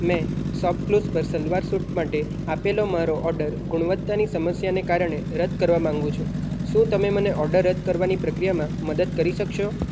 મેં શોપક્લૂઝ પર સલવાર સૂટ માટે આપેલો મારો ઓર્ડર ગુણવત્તાની સમસ્યાને કારણે રદ કરવા માગું છું શું તમે મને ઓર્ડર રદ કરવાની પ્રક્રિયામાં મદદ કરી શકશો